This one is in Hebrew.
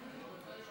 מה קרה לו היום?